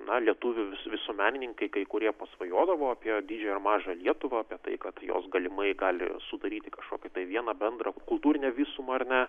na lietuvių visuomenininkai kai kurie pasvajodavo apie didžiąjąir mažą lietuvą apie tai kad jos galimai gali sudaryti kažkokį tai vieną bendrą kultūrinę visumą ar ne